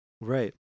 right